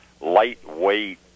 lightweight